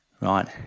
right